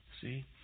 See